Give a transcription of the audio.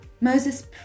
Moses